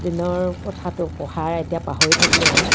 দিনৰ কথাতো পঢ়া এতিয়া পাহৰি থাকিলোঁ আৰু